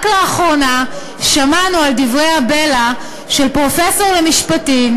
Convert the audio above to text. רק לאחרונה שמענו על דברי הבלע של פרופסור למשפטים,